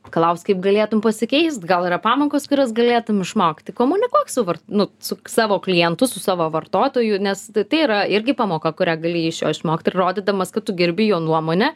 klaust kaip galėtum pasikeist gal yra pamokos kurios galėtum išmokt komunikuok su var nu su savo klientu su savo vartotoju nes tai yra irgi pamoka kurią gali iš jo išmokti ir rodydamas kad tu gerbi jo nuomonę